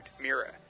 Mira